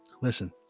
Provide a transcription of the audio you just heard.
listen